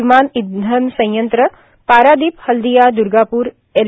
विमान इंधन संयत्र पारादीप हल्दीया द्र्गापूर एल